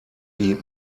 die